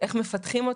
איך מפתחים איתו.